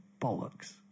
bollocks